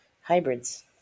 hybrids